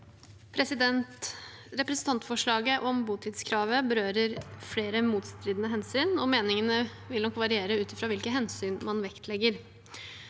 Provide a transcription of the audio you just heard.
Representantfor- slaget om botidskravet berører flere motstridende hensyn, og meningene vil nok variere ut fra hvilke hensyn man vektlegger.